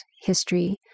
history